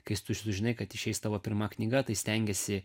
kai tu sužinai kad išeis tavo pirma knyga tai stengiesi